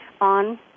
on